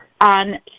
on